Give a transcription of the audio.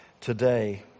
today